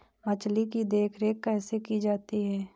मछली की देखरेख कैसे की जाती है?